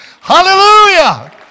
Hallelujah